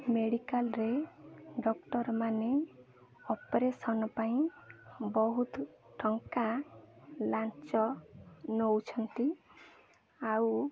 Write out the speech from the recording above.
ମେଡ଼ିକାଲ୍ରେ ଡକ୍ଟର୍ ମାନେ ଅପରେସନ୍ ପାଇଁ ବହୁତ ଟଙ୍କା ଲାଞ୍ଚ ନେଉଛନ୍ତି ଆଉ